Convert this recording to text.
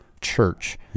church